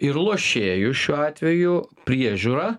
ir lošėjų šiuo atveju priežiūrą